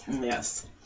Yes